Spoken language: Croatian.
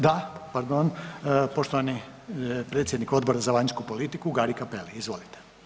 Da, pardon, poštovani predsjednik Odbora za vanjsku politiku Gari Cappelli, izvolite.